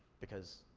because